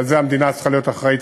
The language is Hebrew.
לזה המדינה צריכה להיות אחראית,